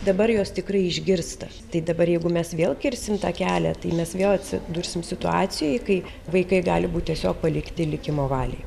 dabar jos tikrai išgirsta tai dabar jeigu mes vėl kirsim tą kelią tai mes vėl atsidursim situacijoj kai vaikai gali būt tiesiog palikti likimo valiai